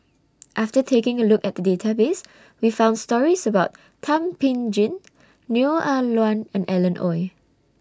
after taking A Look At The Database We found stories about Thum Ping Tjin Neo Ah Luan and Alan Oei